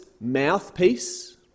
mouthpiece